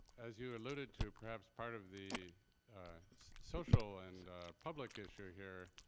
as you alluded to, perhaps part of the social and public issue here,